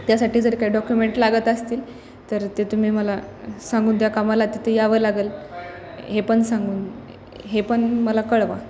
त्यासाठी जर काही डॉक्युमेंट लागत असतील तर ते तुम्ही मला सांगून द्या का माला तिथे यावं लागंल हे पण सांगून हे पण मला कळवा